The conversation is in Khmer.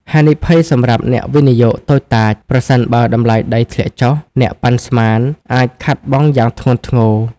ហានិភ័យសម្រាប់អ្នកវិនិយោគតូចតាច: ប្រសិនបើតម្លៃដីធ្លាក់ចុះ អ្នកប៉ាន់ស្មាន អាចខាតបង់យ៉ាងធ្ងន់ធ្ងរ។